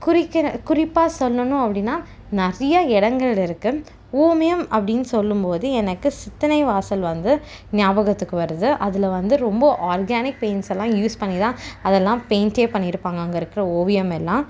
குறிக்கிற குறிப்பாக சொல்லணும் அப்படின்னா நிறைய இடங்கள் இருக்கு ஓமியம் அப்படின்னு சொல்லும் போது எனக்கு சித்தனை வாசல் வந்து ஞாபகத்துக்கு வருது அதில் வந்து ரொம்ப ஆர்கானிக் பெயிண்ட்ஸெல்லாம் யூஸ் பண்ணி தான் அதெல்லாம் பெயிண்டே பண்ணி இருப்பாங்க அங்கே இருக்கிற ஓவியமெல்லாம்